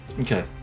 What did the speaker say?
Okay